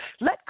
Let